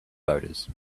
voters